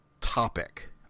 topic